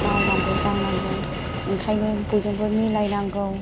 मावनांगौ दांनांगौ ओंखायनो बयजोंबो मिलायनांगौ